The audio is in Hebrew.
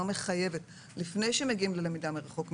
לא מחייבת לפני שמגיעים ללמידה מרחוק,